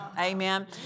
Amen